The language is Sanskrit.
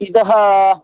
इतः